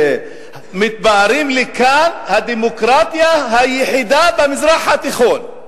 מתפארים לי כאן: הדמוקרטיה היחידה במזרח התיכון.